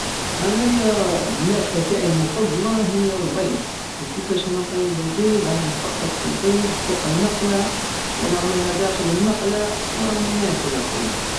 انايا الماكلة تاعي المفضلة هي البيض وكيفاش انا نطيب البيض اني نفقس البيض فوق المقلة ونرميها داخل المقلة وراني ناكل اخويا